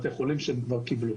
בתי החולים כבר קיבלו.